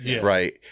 right